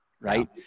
right